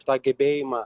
tą gebėjimą